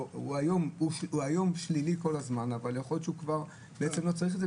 שהיום הוא שלילי כל הזמן אבל יכול להיות שהוא כבר לא צריך את זה